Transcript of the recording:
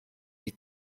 die